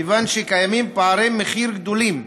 כיוון שקיימים פערי מחיר גדולים,